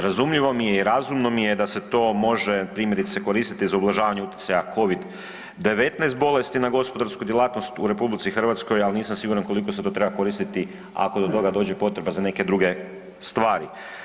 Razumljivo mi je i razumno mi je da se to može primjerice koristiti za ublažavanje utjecaja COVID-19 bolesti na gospodarsku djelatnost u Republici Hrvatskoj, ali nisam siguran koliko se to treba koristiti ako do toga dođe potreba za neke druge stvari.